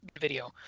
...video